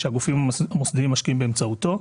שהגופים המוסדיים משקיעים באמצעותו.